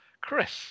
Chris